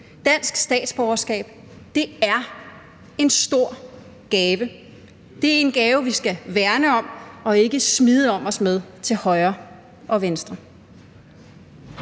Dansk statsborgerskab er en stor gave. Det er en gave, vi skal værne om og ikke smide om os med til højre og venstre.